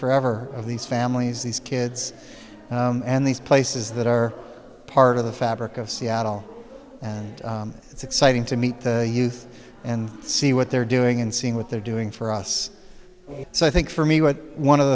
forever of these families these kids and these places that are part of the fabric of seattle and it's exciting to meet the youth and see what they're doing and seeing what they're doing for us so i think for me what one of